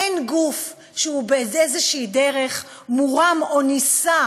אין גוף שהוא באיזושהי דרך מורם או נישא